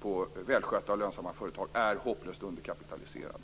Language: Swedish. på välskötta och lönsamma företag - är hopplöst underkapitaliserad.